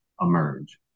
emerge